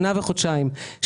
שנה וחודשיים,